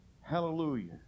Hallelujah